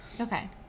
Okay